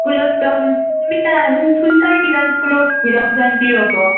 স্কুলত শুনিছা স্কুলত হীৰক জয়ন্তী হ'ব